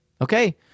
Okay